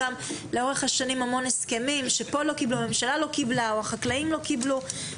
לאורך השנים יש גם המון הסכמים שהממשלה לא קיבלה או החקלאים לא קיבלו.